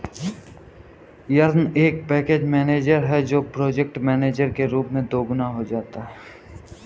yarn एक package manager है जो प्रोजेक्ट मैनेजर के रूप में दोगुना हो जाता है